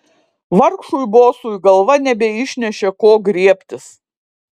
vargšui bosui galva nebeišnešė ko griebtis